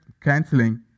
canceling